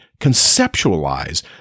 conceptualize